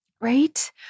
right